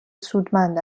سودمند